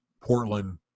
Portland